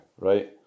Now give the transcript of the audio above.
right